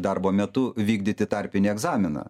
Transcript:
darbo metu vykdyti tarpinį egzaminą